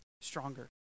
stronger